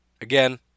again